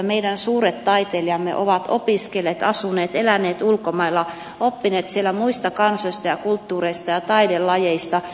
meidän suuret taiteilijamme ovat opiskelleet asuneet eläneet ulkomailla oppineet siellä muista kansoista ja kulttuureista ja taidelajeista